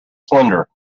slender